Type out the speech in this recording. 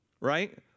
right